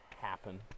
happen